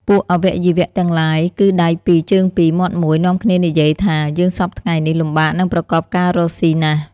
ពួកអវយវៈទាំងឡាយគឺដៃពីរជើងពីរ មាត់មួយ នាំគ្នានិយាយ ថា "យើងសព្វថ្ងៃនេះ លំបាកនឹងប្រកបការរកស៊ីណាស់" ។